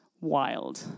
wild